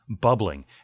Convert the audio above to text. bubbling